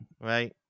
right